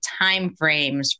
timeframes